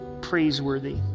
praiseworthy